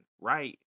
right